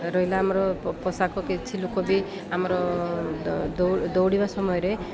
ରହିଲା ଆମର ପୋଷାକ କିଛି ଲୋକ ବି ଆମର ଦୌଡ଼ିବା ସମୟରେ